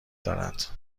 دارد